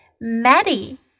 Maddie